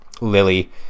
Lily